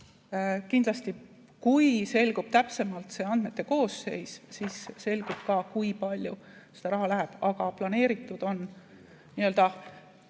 Kindlasti, kui selgub täpsemalt see andmete koosseis, siis selgub ka, kui palju raha läheb, aga planeeritud on võimalikult